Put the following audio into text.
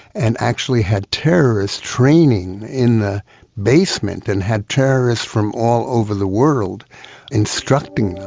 and actually had terrorists training in the basement and had terrorists from all over the world instructing them.